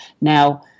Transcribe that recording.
Now